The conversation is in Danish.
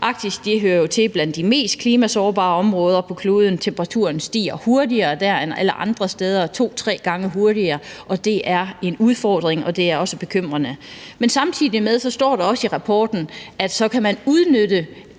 Arktis hører jo til blandt de mest klimasårbare områder på kloden. Temperaturen stiger hurtigere der end alle andre steder – to-tre gange hurtigere – og det er en udfordring, og det er også bekymrende. Men samtidig står der i rapporten, at man så kan udnytte